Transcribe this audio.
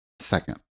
Second